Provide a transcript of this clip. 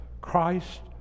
Christ